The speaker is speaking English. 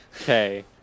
okay